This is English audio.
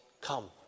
come